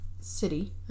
city